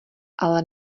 ale